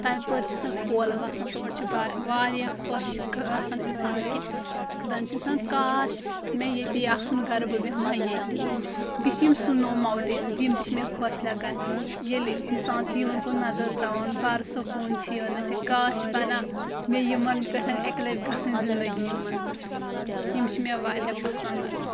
تپٲرۍ چھِ سۄ کۄل وسان تورٕ چھُ واریاہ خۄش گژھان انسان کہِ دپان چھُ انسان کاش مےٚ ییٚتی آسُن گرٕ بہٕ بیہمہٕ ہا ییٚتی بیٚیہِ چھِ یِم سنو ماوٹینز یِم تہِ چھِ مےٚ خۄش لگان ییٚلہِ انسان چھُ یِمن کُن نظر ترٛاوان برٕ سکوٗن چھِ یِوان دپان چھِ کاش پانہ مےٚ یِمن پٮ۪ٹھ اکہِ لٹہِ گژھٕنۍ زندگی منٛز یِم چھِ مےٚ واریاہ پسنٛد لگان